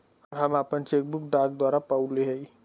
हम आपन cheque book डाक द्वारा पउली है